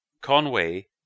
Conway